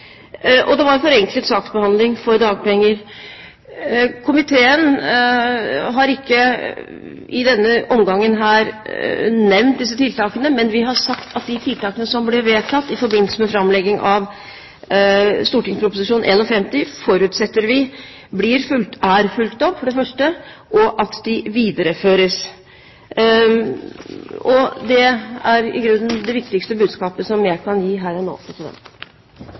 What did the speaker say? og det var forenklet saksbehandling for dagpenger. Komiteen har ikke i denne omgang nevnt disse tiltakene, men vi har sagt at vi forutsetter at de tiltakene som ble vedtatt i forbindelse med framlegging av St.prp. nr. 51, er fulgt opp, og at de videreføres. Det er i grunnen det viktigste budskapet som jeg kan gi her